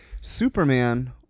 Superman